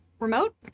remote